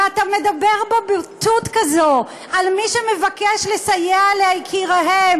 ואתה מדבר בבוטות כזאת על מי שמבקשים לסייע ליקיריהם